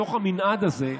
בתוך המנעד הזה,